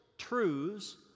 truths